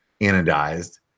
anodized